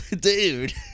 Dude